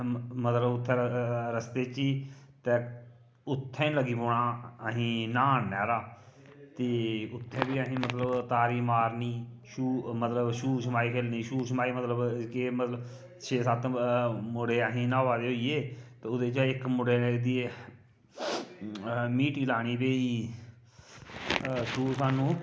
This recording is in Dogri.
मतलब उत्थें रस्ते च ई ते उत्थें लगी पौना अहीं न्हान नैह्रा ते उत्थें बी अहीं मतलब तारी मारनी मतलब छूह् छपाई खेलनी मतलब मतलब छे सत्त मुड़े अहीं न्हौआ दे होइये ते ओह्दे चा इक मुड़े ने एह्दी मीह्टी लानी भाई ते तूं सानूं